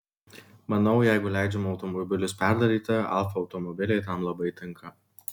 manau jeigu leidžiama automobilius perdaryti alfa automobiliai tam labai tinka